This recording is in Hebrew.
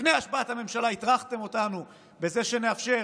לפני השבעת הממשלה הטרחתם אותנו בזה שנאפשר